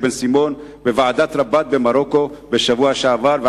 בן-סימון בוועידת רבאט במרוקו בשבוע שעבר,